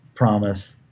promise